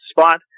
spot